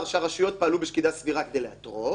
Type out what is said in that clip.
שהרשויות פעלו בשקידה סבירה כדי לאתרו